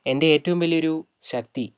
എൻ്റെ ഏറ്റവും വലിയൊരു ശക്തി